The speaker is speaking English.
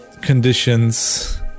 conditions